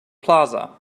plaza